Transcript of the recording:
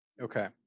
Okay